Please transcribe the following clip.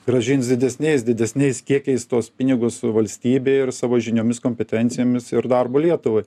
grąžins didesniais didesniais kiekiais tuos pinigus valstybei ir savo žiniomis kompetencijomis ir darbu lietuvai